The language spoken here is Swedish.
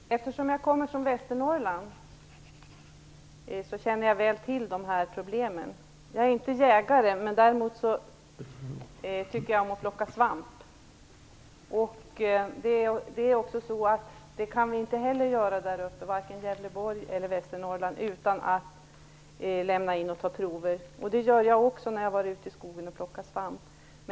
Herr talman! Eftersom jag kommer från Västernorrland känner jag väl till de här problemen. Jag är inte jägare, men däremot tycker jag om att plocka svamp. Varken i Gävleborg eller i Västernorrland kan vi plocka svamp utan att lämna in och ta prover. Det gör jag också när jag har varit ute i skogen och plockat svamp.